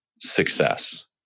success